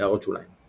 הערות שוליים ==